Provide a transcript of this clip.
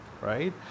right